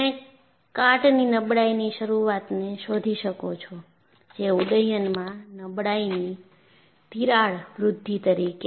તમે કાટની નબળાઈની શરૂઆતને શોધી શકો છો જે ઉડ્ડયનમાં નબળાઈની તિરાડ વૃદ્ધિ તરીકે